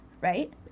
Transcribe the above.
right